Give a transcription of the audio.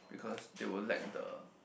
because they will lack the